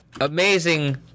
amazing